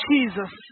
Jesus